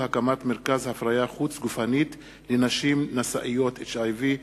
הקמת מרכז הפריה חוץ-גופנית לנשים נשאיות HIV,